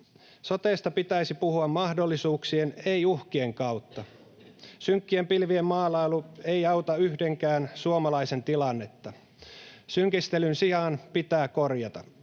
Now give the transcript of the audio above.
sotesta pitäisi puhua mahdollisuuksien, ei uhkien kautta. Synkkien pilvien maalailu ei auta yhdenkään suomalaisen tilannetta. Synkistelyn sijaan pitää korjata.